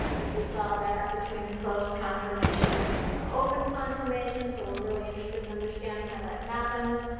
if you saw that between the closed confirmation and then the open confirmation. so we're really interested in understanding how that happens,